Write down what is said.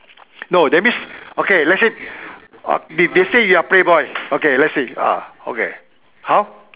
no that means okay let's say uh they they say you are a playboy okay let's say ah okay how